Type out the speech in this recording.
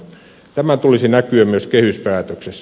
tämän tulisi näkyä myös kehyspäätöksessä